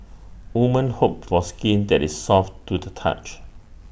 woman hope for skin that is soft to the touch